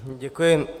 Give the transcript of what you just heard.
Děkuji.